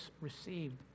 received